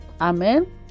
Amen